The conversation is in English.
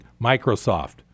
Microsoft